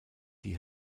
die